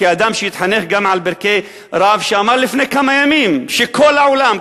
כאדם שהתחנך גם על ברכי רב שאמר לפני כמה ימים שכל העולם,